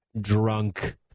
drunk